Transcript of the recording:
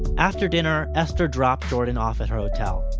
after dinner esther dropped jordan off at her hotel.